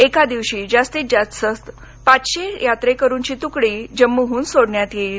एका दिवशी जास्तीत जास्त पाचशे यात्रेकरूंची तुकडी जम्मूहून सोडण्यात येईल